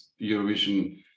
eurovision